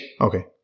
Okay